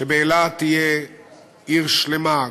שאילת תהיה עיר שלמה,